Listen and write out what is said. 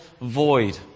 void